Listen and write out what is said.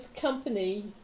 company